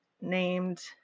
named